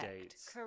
dates